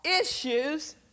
issues